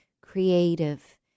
creative